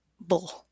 Bull